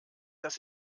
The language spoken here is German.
dass